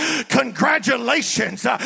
congratulations